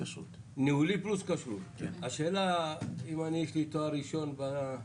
אם אין התנגדות לזה שתקופת ההסמכה תהיה לפי תאריך עברי.